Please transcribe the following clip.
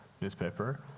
newspaper